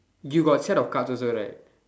you got set of cards also right